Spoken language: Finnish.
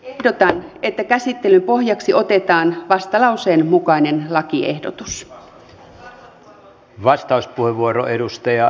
ehdotan että käsittelyn pohjaksi otetaan vastalauseen mukainen lakiehdotus